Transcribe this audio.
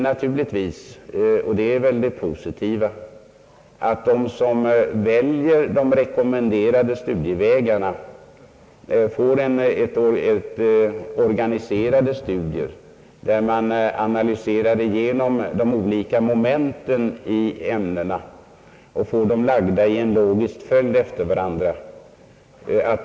Det positiva är väl att de som väljer rekommenderade studievägar får organiserade studier, där de olika momenten i ämnena läggs fram och analyseras i en logisk följd.